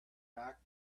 back